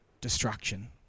destruction